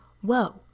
whoa